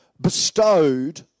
bestowed